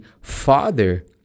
father